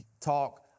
talk